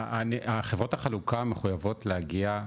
חברות החלוקה מחויבות להגיע,